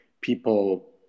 people